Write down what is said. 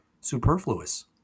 superfluous